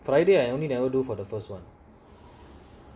friday I only never do for the first one